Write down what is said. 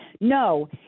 no